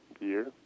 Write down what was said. year